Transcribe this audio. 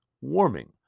warming